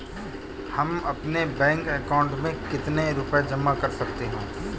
हम अपने bank account में कितने रुपये जमा कर सकते हैं?